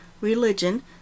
Religion